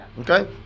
okay